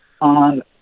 on